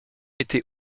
été